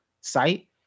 site